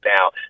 Now